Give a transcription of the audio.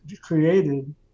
created